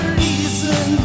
reason